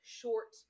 short